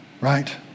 right